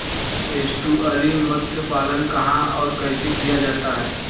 Estuarine मत्स्य पालन कहां और कैसे किया जाता है?